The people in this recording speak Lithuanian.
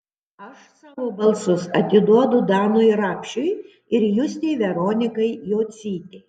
aš savo balsus atiduodu danui rapšiui ir justei veronikai jocytei